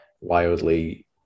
wildly